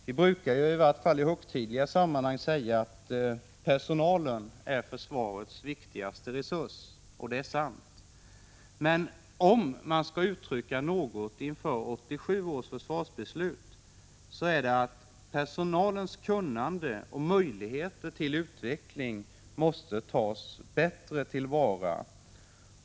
Vi brukar, i varje fall i högtidliga sammanhang, säga att personalen är försvarets viktigaste resurs, och det är sant. Men om man skall uttrycka något inför 1987 års försvarsbeslut så är det att personalens kunnande och möjligheter till utveckling måste tas bättre till vara.